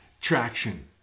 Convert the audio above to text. traction